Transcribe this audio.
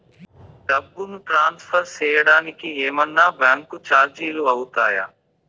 డబ్బును ట్రాన్స్ఫర్ సేయడానికి ఏమన్నా బ్యాంకు చార్జీలు అవుతాయా?